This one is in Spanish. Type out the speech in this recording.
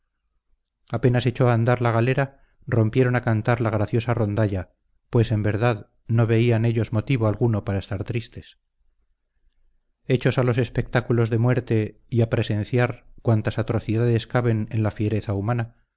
apenas echó a andar la galera rompieron a cantar la graciosa rondalla pues en verdad no veían ellos motivo alguno para estar tristes hechos a los espectáculos de muerte y a presenciar cuantas atrocidades caben en la fiereza humana